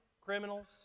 criminals